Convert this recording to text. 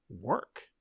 Work